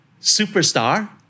superstar